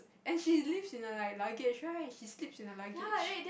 and she lives in the like luggage right she sleeps in the luggage